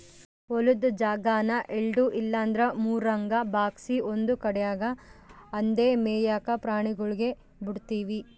ಹೊಲುದ್ ಜಾಗಾನ ಎಲ್ಡು ಇಲ್ಲಂದ್ರ ಮೂರುರಂಗ ಭಾಗ್ಸಿ ಒಂದು ಕಡ್ಯಾಗ್ ಅಂದೇ ಮೇಯಾಕ ಪ್ರಾಣಿಗುಳ್ಗೆ ಬುಡ್ತೀವಿ